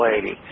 lady